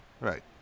Right